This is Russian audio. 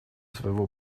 своего